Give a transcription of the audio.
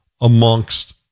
amongst